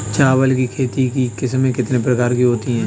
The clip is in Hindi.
चावल की खेती की किस्में कितने प्रकार की होती हैं?